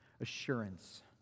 Assurance